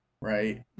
right